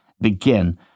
begin